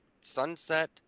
sunset